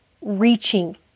reaching